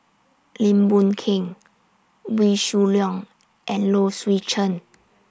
Lim Boon Keng Wee Shoo Leong and Low Swee Chen